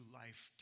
life